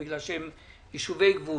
צריך לתת יותר בגלל שהם יישובי גבול.